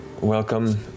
Welcome